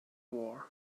war